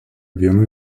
dieną